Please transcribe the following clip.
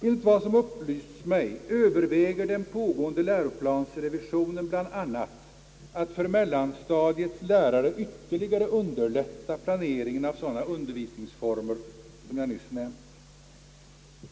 Enligt vad som upplysts mig överväger den pågående läroplansrevisionen bl.a. att för mellanstadiets lärare ytterligare underlätta planeringen av sådana undervisningsformer jag nyss nämnt.